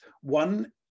one